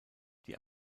die